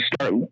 start